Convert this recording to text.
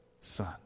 son